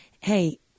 hey